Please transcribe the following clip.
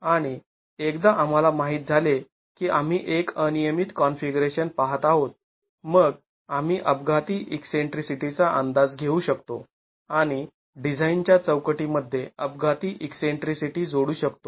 आणि एकदा आम्हाला माहीत झाले की आम्ही एक अनियमित कॉन्फिगरेशन पाहत आहोत मग आम्ही अपघाती ईकसेंट्रीसिटीचा अंदाज घेऊ शकतो आणि डिझाईन च्या चौकटीमध्ये अपघाती ईकसेंट्रीसिटी जोडू शकतो